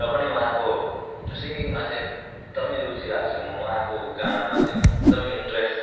र पनि उहाँको सिङ्गिङमा चाहिँ एकदमै रुचि राख्छु म उहाँको गानामा चाहिँ एकदमै इन्ट्रेस्ट